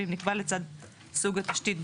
ואם נקבע לצד סוג התשתית,